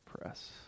press